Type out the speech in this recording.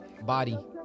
Body